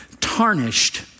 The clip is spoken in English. tarnished